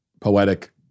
poetic